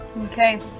Okay